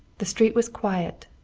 the street was quiet,